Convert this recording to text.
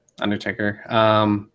Undertaker